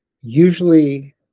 usually